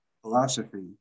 philosophy